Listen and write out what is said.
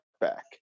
back